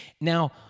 Now